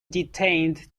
detained